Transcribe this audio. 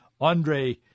Andre